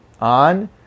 on